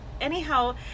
anyhow